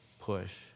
push